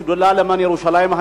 בשדולה למען ירושלים,